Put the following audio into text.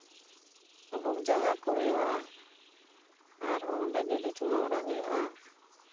ᱟᱹᱵᱩᱠ ᱡᱟᱸᱜᱟ ᱠᱚ ᱦᱩᱭᱩᱜᱼᱟ ᱟᱨ ᱟᱨᱡᱚᱸ ᱚᱸᱰᱮ ᱜᱤᱰᱩ ᱪᱩᱢᱟᱹᱲᱟ ᱦᱩᱭᱩᱜᱼᱟ